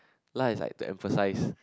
lah is like to emphasize